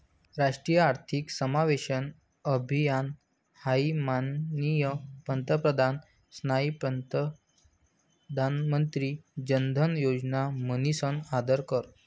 राष्ट्रीय आर्थिक समावेशन अभियान हाई माननीय पंतप्रधान यास्नी प्रधानमंत्री जनधन योजना म्हनीसन सादर कर